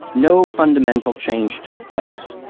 no fundamental change took place.